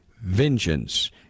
vengeance